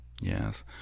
Yes